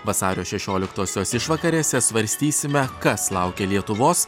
vasario šešioliktosios išvakarėse svarstysime kas laukia lietuvos